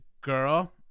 girl